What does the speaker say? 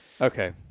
Okay